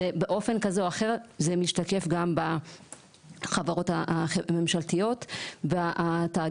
ובאופן כזה או אחר זה משתקף גם בחברות הממשלתיות והתאגידים.